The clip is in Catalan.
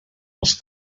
els